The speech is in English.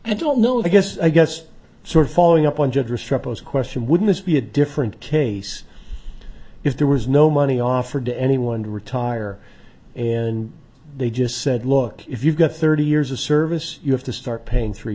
i don't know i guess i guess sort of following up on generous troubles question wouldn't this be a different case if there was no money offered to anyone to retire and they just said look if you've got thirty years of service you have to start paying three